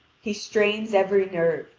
he strains every nerve,